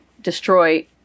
destroy